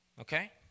Okay